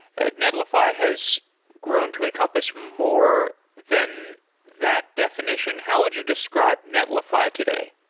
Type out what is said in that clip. ah netlify has grown to encompass more than that definition. how would you describe netlify today?